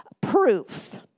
proof